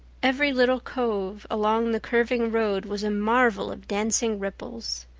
every little cove along the curving road was a marvel of dancing ripples.